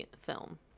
film